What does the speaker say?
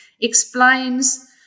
explains